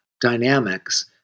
dynamics